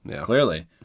clearly